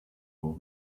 will